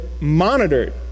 monitored